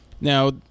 Now